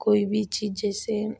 कोइ भी चीज जैसे